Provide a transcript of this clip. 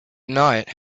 night